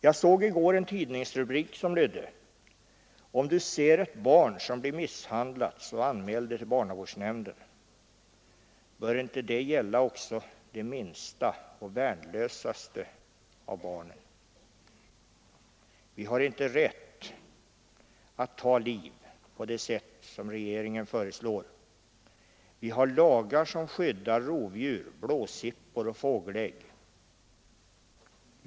Jag såg i går en tidningsrubrik som lydde: ”Om Du ser ett barn som blir misshandlat, så anmäl det till barnavårdsnämnden.” Bör inte detta gälla också de minsta och mest värnlösa barnen? Vi har inte rätt att ta liv på det sätt som regeringen föreslår! Vi har lagar som skyddar rovdjur, blåsippor och fågelägg.